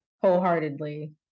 wholeheartedly